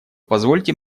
позвольте